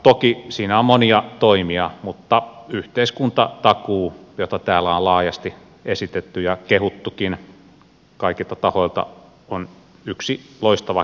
toki siinä on monia toimia mutta yhteiskuntatakuu jota täällä on laajasti esitetty ja kehuttukin kaikilta tahoilta on yksi loistava keino siihen